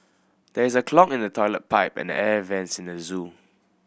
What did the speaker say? there is a clog in the toilet pipe and the air vents in the zoo